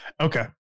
Okay